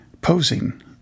posing